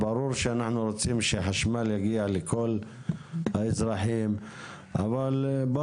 ברור שאנחנו רוצים שהחשמל יגיע לכל האזרחים אבל גם